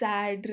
Sad